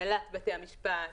הנהלת בתי משפט,